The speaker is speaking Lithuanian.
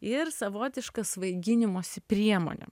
ir savotiška svaiginimosi priemonė